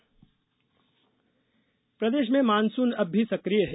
मौसम प्रदेश में मानसून अब भी सक्रिय है